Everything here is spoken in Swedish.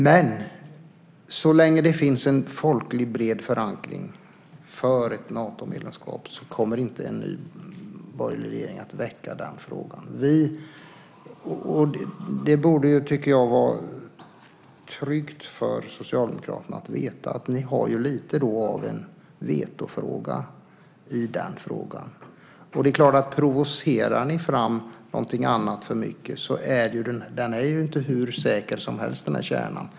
Men så länge det finns en folklig bred förankring för ett Natomedlemskap kommer inte en ny, borgerlig regering att väcka den frågan. Det borde, tycker jag, vara tryggt för Socialdemokraterna att veta att ni då har lite av ett veto i den frågan. Det är klart att om ni provocerar fram någonting annat för mycket är ju inte den här kärnan hur säker som helst.